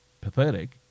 pathetic